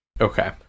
Okay